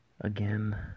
again